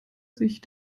sich